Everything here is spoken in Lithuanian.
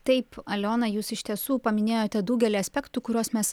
taip aliona jūs iš tiesų paminėjote daugelį aspektų kuriuos mes